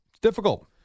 difficult